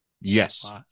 Yes